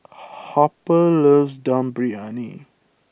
Harper loves Dum Briyani